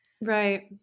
Right